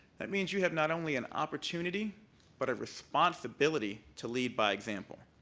that means you have not only an opportunity but a responsibility to lead by example.